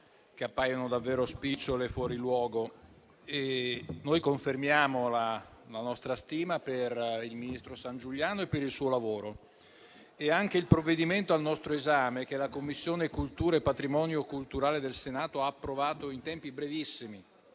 che appaiono davvero spicciole e fuori luogo. Noi confermiamo la nostra stima per il ministro Sangiuliano e per il suo lavoro. Anche il provvedimento al nostro esame, che la 7a Commissione del Senato ha approvato in tempi brevissimi,